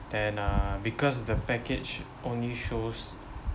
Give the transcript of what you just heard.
then uh because the package only shows